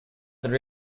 their